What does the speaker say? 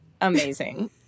amazing